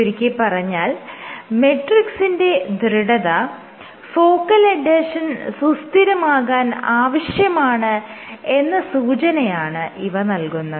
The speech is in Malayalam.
ചുരുക്കിപ്പറഞ്ഞാൽ മെട്രിക്സിന്റെ ദൃഢത ഫോക്കൽ എഡ്ഹെഷൻ സുസ്ഥിരമാകാൻ അവശ്യമാണ് എന്ന സൂചനയാണ് ഇവ നൽകുന്നത്